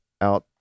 out